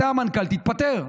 אתה המנכ"ל, תתפטר.